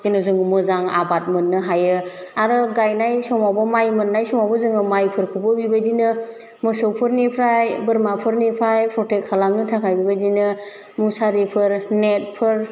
जेन' जों मोजां आबाद मोन्नो हायो आरो गायनाय समावबो माइ मोन्नाय समावबो जोङो माइ फोरखौबो बेबायदिनो मोसौफोरनिफ्राय बोरमाफोरनिफ्राय प्रटेक खालामनो थाखाय बेबायदिनो मुसारिफोर नेटफोर